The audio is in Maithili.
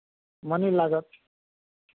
मनी लागत